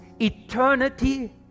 eternity